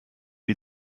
die